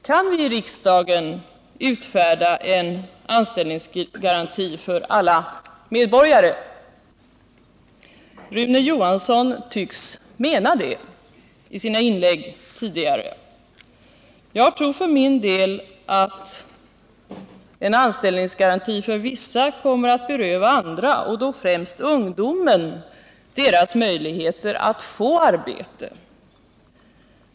Kan vi i riksdagen utfärda en anställningsgaranti för alla medborgare? Rune Johansson tycktes mena det i sina tidigare inlägg. Jag tror för min del att en anställningsgaranti för vissa kommer att beröva andra, och då främst ungdomen, deras möjligheter att få arbete.